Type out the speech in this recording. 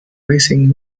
racing